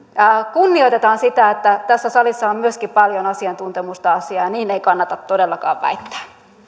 kunnioitetaan sitä että tässä salissa on paljon myöskin asiantuntemusta asiaan ja niin ei kannata todellakaan väittää